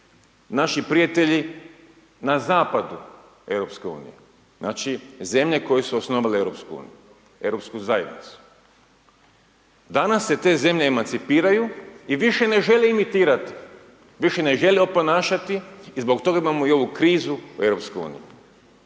naši prijatelji na zapadu Europske unije, znači zemlje koje su osnovale Europsku uniju, Europsku zajednicu. Danas se te zemlje emancipiraju i više ne žele imitirat, više ne žele oponašati i zbog toga imamo i ovu krizu u Europskoj uniji,